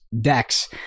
decks